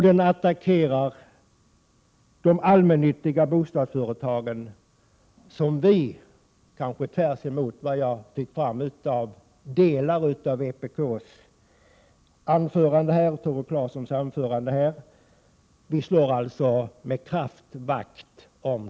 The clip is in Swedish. Den attackerar de allmännyttiga bostadsföretagen, som vi med kraft vill slå vakt om — tvärtemot vad jag fick fram av delar av Tore Claesons anförande här.